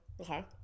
okay